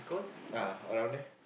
uh around that